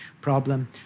problem